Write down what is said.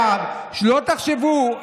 שלא תחשבו,